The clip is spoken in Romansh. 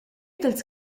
dals